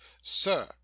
Sir